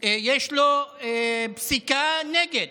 יש לו פסיקה נגד